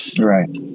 right